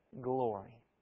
glory